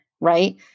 Right